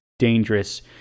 dangerous